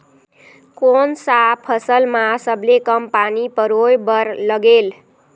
कोन सा फसल मा सबले कम पानी परोए बर लगेल?